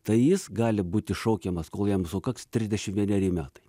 tai jis gali būti šaukiamas kol jam sukaks trisdešimt vieneri metai